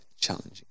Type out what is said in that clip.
challenging